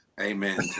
Amen